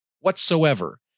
whatsoever